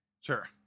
Sure